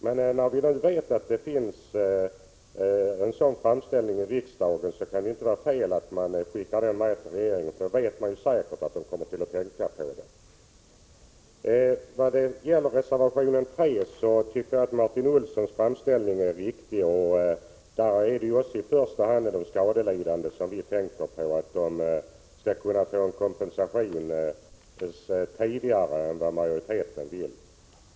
Men när vi nu vet att det gjorts en framställning härom i riksdagen kan det inte vara fel att skicka med den till regeringen, för då vet — Prot. 1985/86:125 man ju säkert att den kommer att tänka på detta. 23 april 1986 När det gäller reservation 3 tycker jag att Martin Olssons framställning är viktig. Vi tänker i första hand på att de skadelidande skall få kompensation tidigare än vad majoriteten vill.